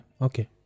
Okay